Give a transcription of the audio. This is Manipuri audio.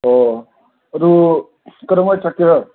ꯑꯣ ꯑꯗꯨ ꯀꯩꯗꯧꯉꯩ ꯆꯠꯀꯦꯔꯥ